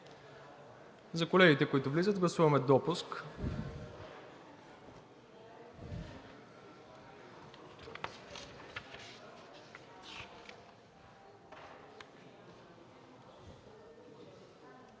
За колегите, които влизат, гласуваме допуск.